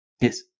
Yes